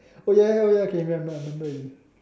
oh ya ya okay I remember I remember already